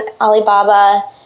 Alibaba